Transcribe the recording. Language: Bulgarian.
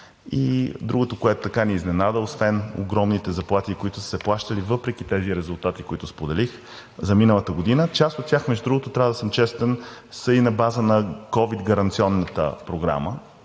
Другото, което ни изненада, освен огромните заплати, които са се плащали въпреки тези резултати, които споделих за миналата година. Част от тях, между другото, трябва да съм честен, са и на база на ковид гаранционната програма,